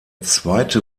zweite